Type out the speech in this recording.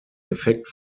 effekt